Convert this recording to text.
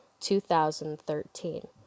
2013